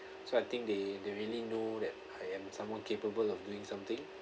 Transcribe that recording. so I think they they really know that I am someone capable of doing something